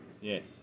Yes